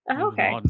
okay